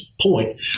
point